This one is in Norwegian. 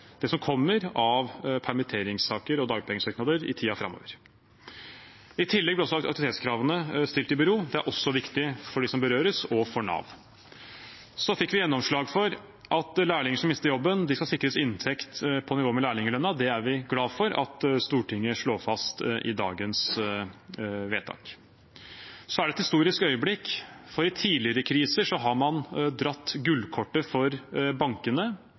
det som kommer av permitteringssaker og dagpengesøknader i tiden framover. I tillegg blir også aktivitetskravene stilt i bero. Det er også viktig for dem som berøres, og for Nav. Så fikk vi gjennomslag for at lærlinger som mister jobben, skal sikres inntekt på nivå med lærlinglønnen. Det er vi glad for at Stortinget slår fast i dagens vedtak. Dette er et historisk øyeblikk, for i tidligere kriser har man dratt gullkortet for bankene.